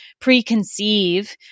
preconceive